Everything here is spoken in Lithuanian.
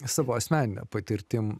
savo asmenine patirtim